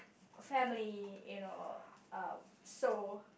family you know uh so